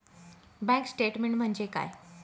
Bank statement म्हणजे काय?